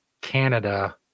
Canada